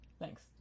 Thanks